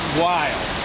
wild